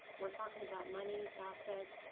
we're talking about money, assets,